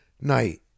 night